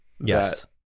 Yes